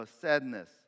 sadness